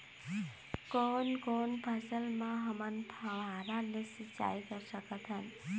कोन कोन फसल म हमन फव्वारा ले सिचाई कर सकत हन?